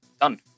done